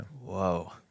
Whoa